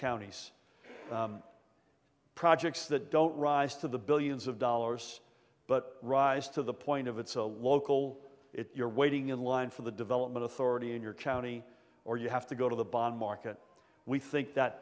counties projects that don't rise to the billions of dollars but rise to the point of it's a local if you're waiting in line for the development authority in your county or you have to go to the bond market we think that